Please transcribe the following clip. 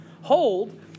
hold